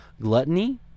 Gluttony